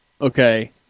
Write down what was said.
Okay